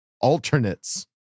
alternates